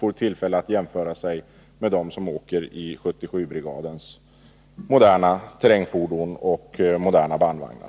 får tillfälle att jämföra sig med dem som åker i 77-brigadens moderna terrängfordon och moderna bandvagnar.